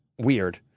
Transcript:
weird